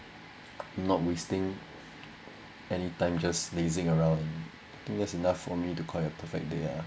not wasting any time just lazing around I think that's enough for me to call it a perfect day ah